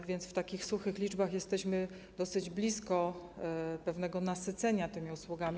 A więc w takich suchych liczbach jesteśmy dosyć blisko pewnego nasycenia tymi usługami.